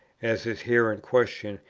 as is here in question,